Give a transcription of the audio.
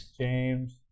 James